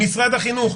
משרד החינוך,